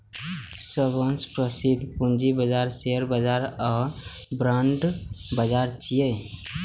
सबसं प्रसिद्ध पूंजी बाजार शेयर बाजार आ बांड बाजार छियै